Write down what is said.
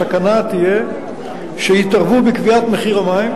הסכנה תהיה שיתערבו בקביעת מחיר המים,